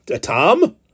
Tom